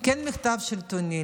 כן מחטף שלטוני,